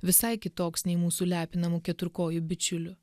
visai kitoks nei mūsų lepinamų keturkojų bičiulių